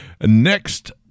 next